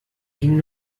ging